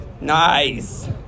Nice